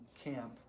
camp